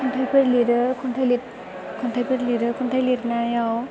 खन्थाइफोर लिरो खन्थाइ लिरनायाव